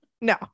No